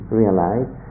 realize